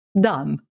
dumb